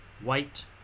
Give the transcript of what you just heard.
White